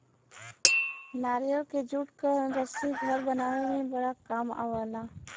नारियल के जूट क रस्सी घर बनावे में बड़ा काम आवला